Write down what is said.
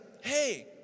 hey